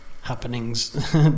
happenings